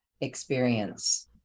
experience